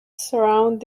surround